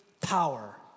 power